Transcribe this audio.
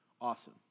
awesome